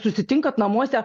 susitinkat namuose